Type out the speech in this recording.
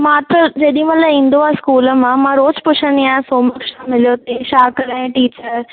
मां त जेॾीमहिल ईंदो आहे स्कूल मां मां रोज़ु पुछंदी आहियां हॉम्वर्क छा मिलियो हुते छा कराईं टीचर